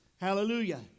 hallelujah